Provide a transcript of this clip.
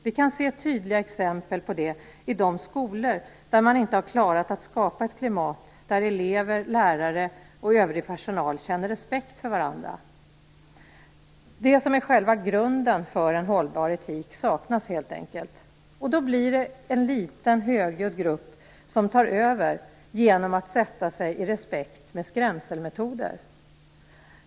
Vi kan se tydliga exempel på det i de skolor där man inte har klarat att skapa ett klimat där elever, lärare och övrig personal känner respekt för varandra. Det som är själva grunden för en hållbar etik saknas helt enkelt. Då blir det en liten, högljudd grupp som tar över genom att sätta sig i respekt med skrämselmetoder.